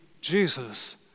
Jesus